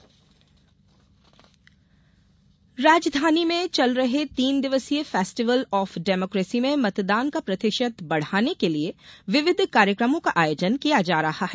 festival of democracy राजधानी में चल रहे तीन दिवसीय फेस्टिवल ऑफ डेमोक्रेसी में मतदान का प्रतिषत बढ़ाने के लिए विविध कार्यक्रमों का आयोजन किया जा रहा है